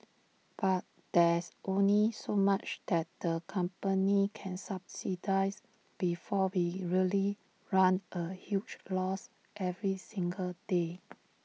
but there's only so much that the company can subsidise before we really run A huge loss every single day